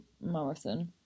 marathon